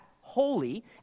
holy